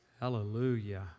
Hallelujah